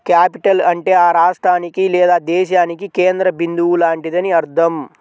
capital అంటే ఆ రాష్ట్రానికి లేదా దేశానికి కేంద్ర బిందువు లాంటిదని అర్థం